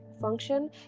function